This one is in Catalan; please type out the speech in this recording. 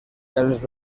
els